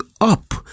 up